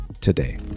today